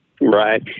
Right